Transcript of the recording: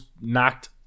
knocked